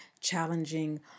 challenging